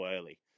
early